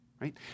right